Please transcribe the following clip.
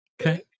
okay